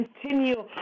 continue